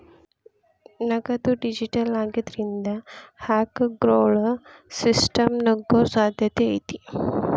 ನಗದು ಡಿಜಿಟಲ್ ಆಗಿದ್ರಿಂದ, ಹ್ಯಾಕರ್ಗೊಳು ಸಿಸ್ಟಮ್ಗ ನುಗ್ಗೊ ಸಾಧ್ಯತೆ ಐತಿ